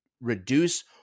reduce